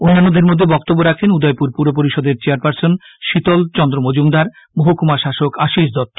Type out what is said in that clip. অন্যান্যদের মধ্যে বক্তব্য রাখেন উদয়পুর পুর পরিষদের চেয়ারপার্সন শীতল চন্দ্র মজুমদার মহকুমা শাসক আশীষ দত্ত